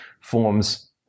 forms